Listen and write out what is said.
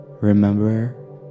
Remember